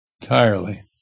entirely